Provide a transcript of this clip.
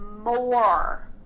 more